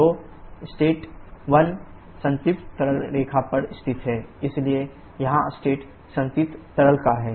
तो स्टेट 1 संतृप्त तरल रेखा पर स्थित है इसलिए यहां स्टेट संतृप्त तरल का है